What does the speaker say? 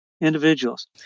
individuals